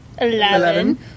Eleven